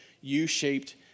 U-shaped